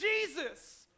Jesus